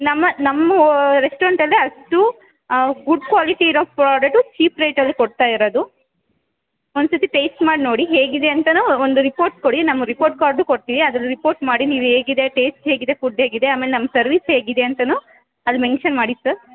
ನಮ್ಮ ನಮ್ಮ ರೆಸ್ಟೋರೆಂಟಲ್ಲೇ ಅಷ್ಟು ಗುಡ್ ಕ್ವಾಲಿಟಿ ಇರೋ ಪ್ರಾಡಕ್ಟು ಚೀಪ್ ರೇಟಲ್ಲಿ ಕೊಡ್ತಾಯಿರೋದು ಒಂದು ಸರ್ತಿ ಟೇಸ್ಟ್ ಮಾಡಿ ನೋಡಿ ಹೇಗಿದೆ ಅಂತನೂ ಒಂದು ರಿಪೋರ್ಟ್ ಕೊಡಿ ನಮ್ಮ ರಿಪೋರ್ಟ್ ಕಾರ್ಡೂ ಕೊಡ್ತೀವಿ ಅದ್ರ ರಿಪೋರ್ಟ್ ಮಾಡಿ ನೀವು ಹೇಗಿದೆ ಟೇಸ್ಟ್ ಹೇಗಿದೆ ಫುಡ್ ಹೇಗಿದೆ ಆಮೇಲೆ ನಮ್ಮ ಸರ್ವೀಸ್ ಹೇಗಿದೆ ಅಂತನೂ ಅಲ್ಲಿ ಮೆನ್ಷನ್ ಮಾಡಿ ಸರ್